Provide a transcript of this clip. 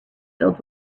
filled